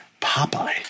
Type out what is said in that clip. Popeye